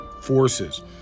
forces